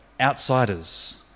outsiders